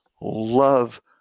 love